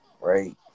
right